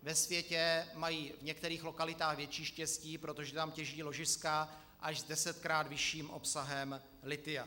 Ve světě mají v některých lokalitách větší štěstí, protože tam těží ložiska až s desetkrát vyšším obsahem lithia.